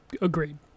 Agreed